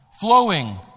flowing